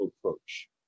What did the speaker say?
approach